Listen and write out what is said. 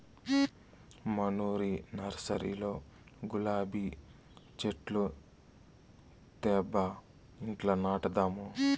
మనూరి నర్సరీలో గులాబీ చెట్లు తేబ్బా ఇంట్ల నాటదాము